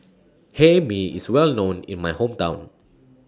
Hae Mee IS Well known in My Hometown